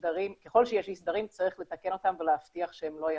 ככל שיש אי סדרים צריך לתקן אותם ולהבטיח שהם לא ימשיכו.